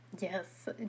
Yes